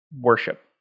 worship